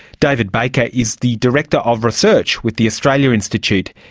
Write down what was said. david baker is the director of research with the australia institute.